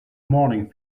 morning